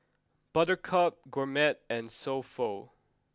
Buttercup Gourmet and So Pho